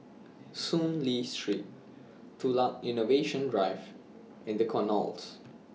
Soon Lee Street Tukang Innovation Drive and The Knolls